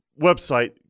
website